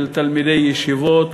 של תלמידי ישיבות,